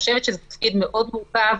זה תפקיד מאוד מורכב,